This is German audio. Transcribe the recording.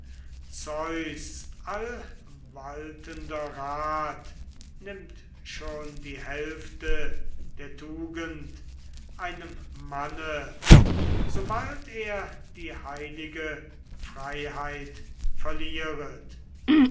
zeus allwaltender rat nimmt schon die hälfte der tugend einem manne sobald er die heilige freiheit verlieret